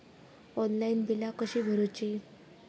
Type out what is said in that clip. Online बिला कशी भरूची?